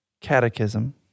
Catechism